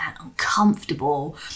uncomfortable